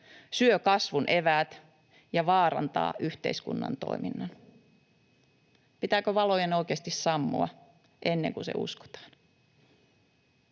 syö kasvun eväät ja vaarantaa yhteiskunnan toiminnan. Pitääkö valojen oikeasti sammua ennen kuin se uskotaan?